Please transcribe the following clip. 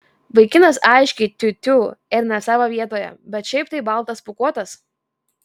vaikinas aiškiai tiū tiū ir ne savo vietoje bet šiaip tai baltas pūkuotas